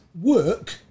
work